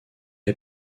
est